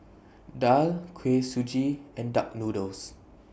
Daal Kuih Suji and Duck Noodles